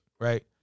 Right